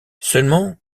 seulement